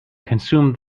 consume